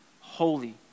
Holy